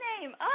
name